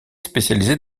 spécialisé